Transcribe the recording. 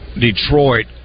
Detroit